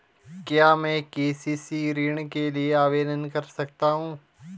क्या मैं के.सी.सी ऋण के लिए आवेदन कर सकता हूँ?